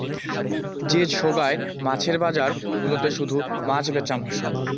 যে সোগায় মাছের বজার গুলাতে শুধু মাছ বেচাম হসে